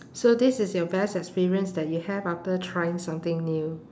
so this is your best experience that you have after trying something new